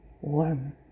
warm